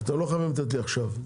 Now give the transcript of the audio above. לא חייבים לתת עכשיו.